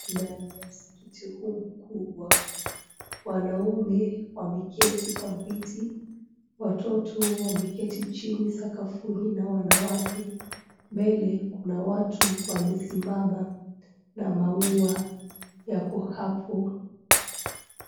Ndani ya msikiti huu mkubwa wanaume wameketi kwa viti watoto wameketi chini sakafuni na wanawake. Mbele kuna watu wamesimama na maua yako hapo.